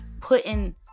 putting